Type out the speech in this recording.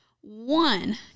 one